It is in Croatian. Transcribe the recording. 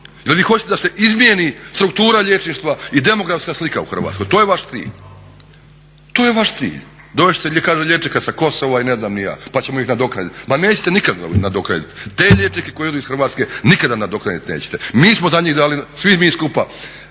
Je li vi hoćete da se izmijeni struktura liječništva i demografska slika u Hrvatskoj? To je vaš cilj. To je vaš cilj. Dovesti ćete kaže liječnika sa Kosova i ne znam ni ja, pa ćemo ih nadoknaditi. Ma nećete nikada nadoknaditi. Te liječnike koji odu iz Hrvatske nikada nadoknaditi nećete. Mi smo za njih dali, svi mi skupa